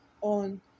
on